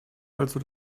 also